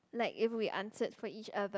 like if we answered for each other